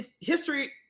history